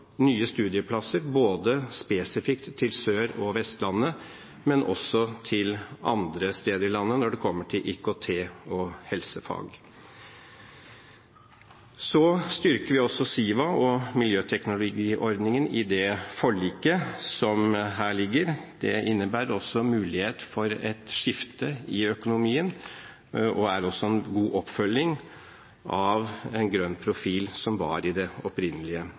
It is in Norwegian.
nye studieplasser, både spesifikt til Sør- og Vestlandet og også til andre steder i landet når det kommer til IKT- og helsefag. Vi styrker også SIVA og miljøteknologiordningen i forliket som ligger her. Det innebærer også mulighet for et skifte i økonomien, og er også en god oppfølging av en grønn profil som var i det opprinnelige